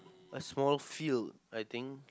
a small field I think